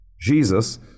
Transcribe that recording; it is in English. jesus